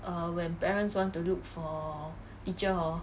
err when parents want to look for teacher hor